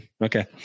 Okay